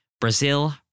Brazil